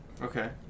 Okay